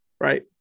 right